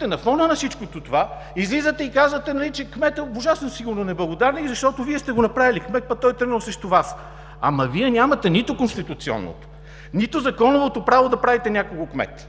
Към фона на всичко това излизате и казвате, че кметът е ужасен неблагодарник, защото Вие сте го направили кмет, пък той тръгнал срещу Вас. Вие нямате нито конституционно, нито законовото право да правите някого кмет.